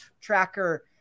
tracker